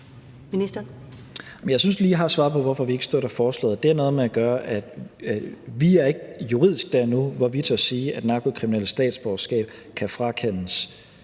jeg synes lige, jeg har svaret på, hvorfor vi ikke støtter forslaget. Det har noget at gøre med, at vi juridisk ikke er der nu, hvor vi tør sige, at narkokriminelles statsborgerskab kan frakendes,